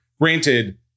Granted